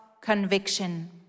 conviction